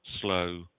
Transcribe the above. slow